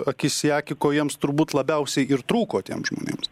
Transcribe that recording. akis į akį ko jiems turbūt labiausiai ir trūko tiems žmonėms